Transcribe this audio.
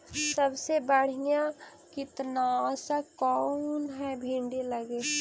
सबसे बढ़िया कित्नासक कौन है भिन्डी लगी?